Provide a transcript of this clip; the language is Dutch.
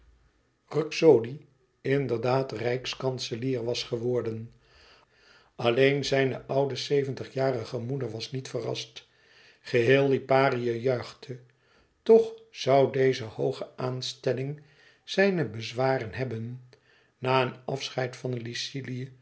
ruxodi inderdaad rijkskanselier was geworden alleen zijne oude zeventigjarige moeder was niet verrast geheel liparië juichte toch zoû deze hooge aanstelling zijne bezwaren hebben na een afscheid van lycilië